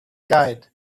guide